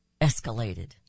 escalated